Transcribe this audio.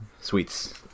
Sweets